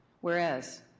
Whereas